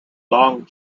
long